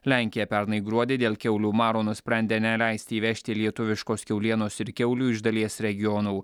lenkija pernai gruodį dėl kiaulių maro nusprendė neleisti įvežti lietuviškos kiaulienos ir kiaulių iš dalies regionų